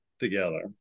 together